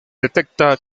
detecta